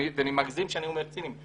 ואני לא מגזים כשאני אומר ציניים.